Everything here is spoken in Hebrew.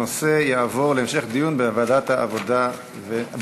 הנושא יועבר להמשך דיון בוועדת הכלכלה.